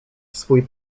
swój